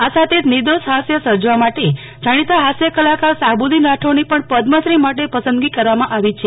આ સાથે જ નિર્દોષ હાસ્ય સર્જવા માટે જાણીતા હાસ્ય કલાકાર શાહબુદીન રાઠોડની પણ પદ્મશ્રી માટે પસંદગી કરવામા આવી છે